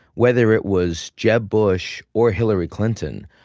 whether it was jeb bush or hillary clinton,